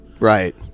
Right